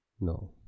No